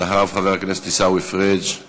אחריו חבר הכנסת עיסאווי פריג';